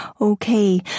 Okay